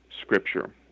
scripture